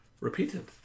repeated